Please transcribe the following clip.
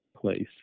place